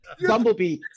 Bumblebee